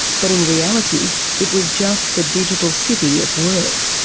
but in reality it was just the digital city at work.